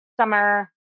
summer